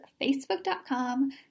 facebook.com